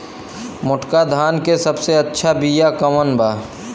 मोटका धान के सबसे अच्छा बिया कवन बा?